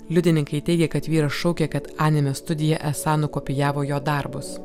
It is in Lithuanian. liudininkai teigė kad vyras šaukė kad anime studija esą nukopijavo jo darbus